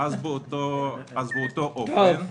אז באותו אופן.